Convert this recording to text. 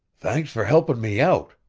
thanks for helpin' me out,